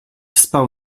spał